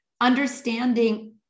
Understanding